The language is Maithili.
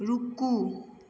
रूकू